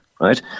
right